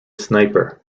sniper